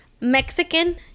Mexican